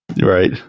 right